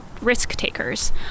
risk-takers